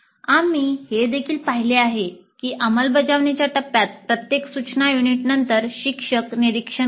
आम्ही हे देखील पाहिले आहे की अंमलबजावणीच्या टप्प्यात प्रत्येक सूचना युनिट नंतर शिक्षक निरिक्षण करतात